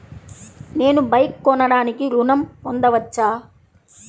నేను బైక్ కొనటానికి ఋణం పొందవచ్చా?